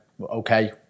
okay